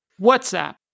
WhatsApp